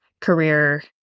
career